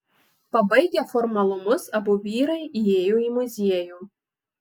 pabaigę formalumus abu vyrai įėjo į muziejų